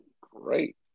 Great